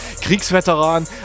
Kriegsveteran